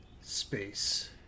Space